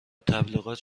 تبلیغات